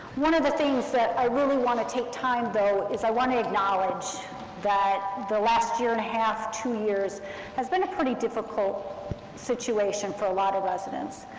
one of the things that i really want to take time, though, is i want to acknowledge that the last year and a half, two years has been a pretty difficult situation for a lot of residents,